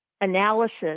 analysis